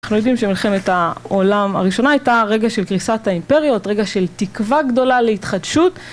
אנחנו יודעים שמלחמת העולם הראשונה הייתה רגע של קריסת האימפריות, רגע של תקווה גדולה להתחדשות